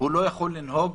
הוא לא יכול לנהוג